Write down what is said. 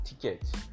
ticket